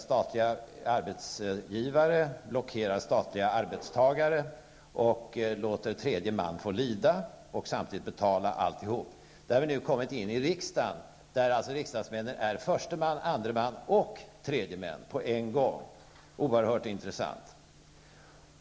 Statliga arbetsgivare blockerar statliga arbetstagare och låter tredje man få lida och samtidigt betala alltihop. Detta har nu kommit in i riksdagen, där riksdagsmännen är förste man, andre man och tredje man på en gång. Det är oerhört intressant.